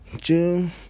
June